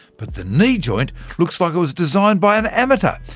but the knee joint looks like it was designed by an amateur.